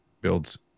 builds